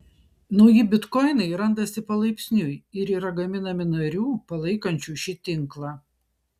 nauji bitkoinai randasi palaipsniui ir yra gaminami narių palaikančių šį tinklą